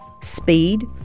speed